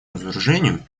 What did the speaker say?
разоружению